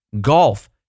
golf